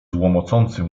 łomocącym